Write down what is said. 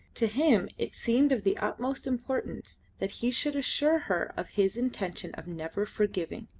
to him it seemed of the utmost importance that he should assure her of his intention of never forgiving.